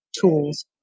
tools